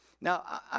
Now